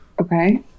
Okay